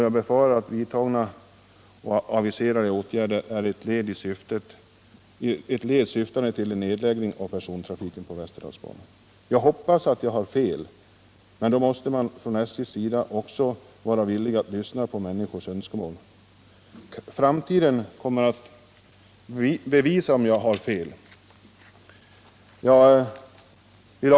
Jag befarar att vidtagna och aviserade åtgärder syftar till en nedläggning av persontrafiken på Västerdalsbanan. Jag hoppas att jag har fel. Men då måste man från SJ:s sida också vara villig att lyssna på människornas önskemål. Framtiden kommer att visa om jag har fel eller inte. Herr talman!